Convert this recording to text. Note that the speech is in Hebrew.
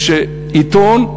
כשעיתון,